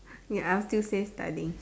ya I will still say studying